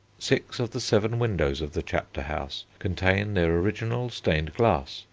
six of the seven windows of the chapter house contain their original stained glass,